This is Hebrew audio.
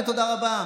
באמת תודה רבה.